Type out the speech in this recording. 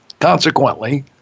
Consequently